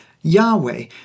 Yahweh